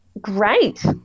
Great